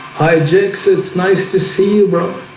hijacks, it's nice to see you bro.